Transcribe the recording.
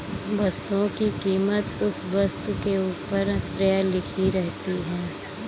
वस्तुओं की कीमत उस वस्तु के ऊपर प्रायः लिखी रहती है